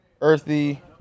Earthy